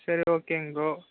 சரி ஓகேங்க ப்ரோ